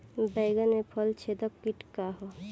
बैंगन में फल छेदक किट का ह?